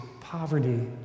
poverty